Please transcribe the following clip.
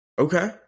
Okay